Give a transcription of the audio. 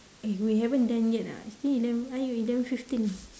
eh we haven't done yet ah still eleven !aiyo! eleven fifteen